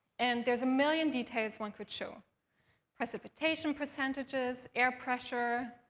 and there's a million details one could show precipitation percentages, air pressure,